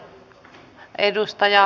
arvoisa puhemies